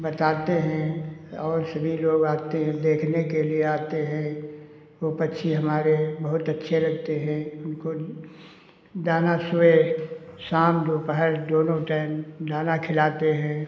बताते हैं और सभी लोग आते हैं देखने के लिए आते हैं वो पक्षी हमारे बहुत अच्छे लगते हैं हमको दाना सुबह शाम दोपहर दोनों टाइम दाना खिलाते हैं